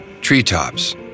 Treetops